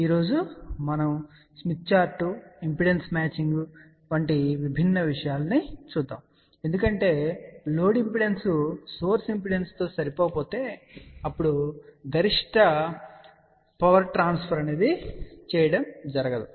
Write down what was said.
కాబట్టి ఈ రోజు మనం స్మిత్ చార్ట్ ఇంపిడెన్స్ మ్యాచింగ్ వంటి విభిన్న విషయాలను పరిశీలిస్తాము ఎందుకంటే లోడ్ ఇంపిడెన్స్ సోర్స్ ఇంపిడెన్స్తో సరిపోకపోతే అప్పుడు మాక్సిమమ్ పవర్ ట్రాన్స్ఫర్ చేయడం జరగదు